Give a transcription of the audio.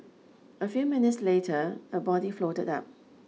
a few minutes later a body floated up